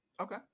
Okay